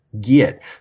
get